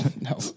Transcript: No